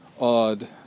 odd